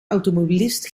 automobilist